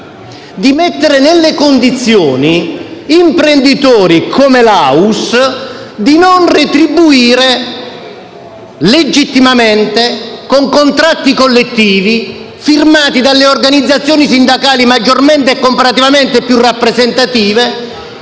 di mettere in condizione imprenditori come Laus di non retribuire legittimamente, con contratti collettivi firmati dalle organizzazioni sindacali maggiormente e comparativamente più rappresentative,